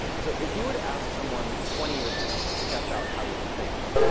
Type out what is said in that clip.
so if you were to ask someone twenty years ago to sketch out how we think,